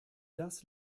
das